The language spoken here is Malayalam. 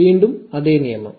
വീണ്ടും അതേ നിയമം